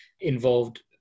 involved